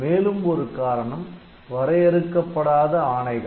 மேலும் ஒரு காரணம் வரையறுக்கப்படாத ஆணைகள்